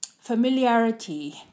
familiarity